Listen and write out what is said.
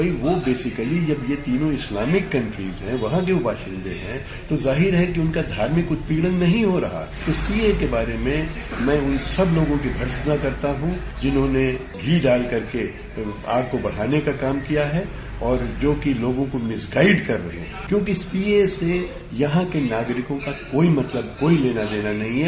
भाई वह बेसिकली ये तीनों इस्लामिक कंट्री हैं वहां के बशिंदे हैं तो जाहिर है कि उनका धार्मिक उत्पीड़न नहीं हो रहा है तो सीएए के बारे में मैं उन सब लोगों की भर्त्सना करता हूं जिन्होंने इसमें घी डाल कर के आग को बढ़ाने का काम किया है जो कि लोगों को मिस गाइड कर रहे हैं क्यों कि सीएए से यहां के नागरिकों को कोई लेना देना नहीं है